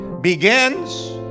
begins